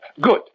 Good